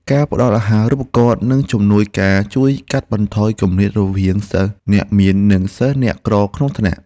ការផ្តល់អាហារូបករណ៍និងជំនួយសង្គមជួយកាត់បន្ថយគម្លាតរវាងសិស្សអ្នកមាននិងសិស្សអ្នកក្រក្នុងថ្នាក់។